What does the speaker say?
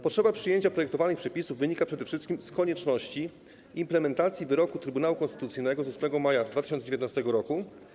Potrzeba przyjęcia projektowanych przepisów wynika przede wszystkim z konieczności implementacji wyroku Trybunału Konstytucyjnego z 8 maja 2019 r.